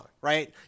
right